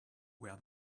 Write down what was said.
where